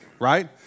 right